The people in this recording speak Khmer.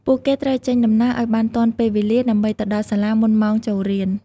ពួកគេត្រូវចេញដំណើរឱ្យបានទាន់ពេលវេលាដើម្បីទៅដល់សាលាមុនម៉ោងចូលរៀន។